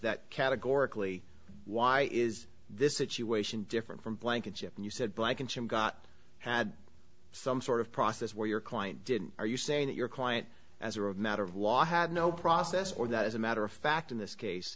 that categorically why is this situation different from blankenship you said blankenship got had some sort of process where your client did are you saying that your client as a matter of law had no process or that as a matter of fact in this case